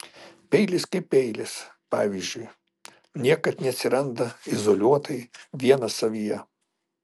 peilis kaip peilis pavyzdžiui niekad neatsiranda izoliuotai vienas savyje